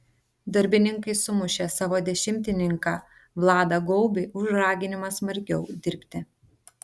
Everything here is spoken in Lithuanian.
darbininkai sumušė savo dešimtininką vladą gaubį už raginimą smarkiau dirbti